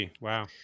wow